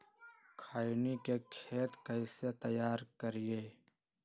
खैनी के खेत कइसे तैयार करिए?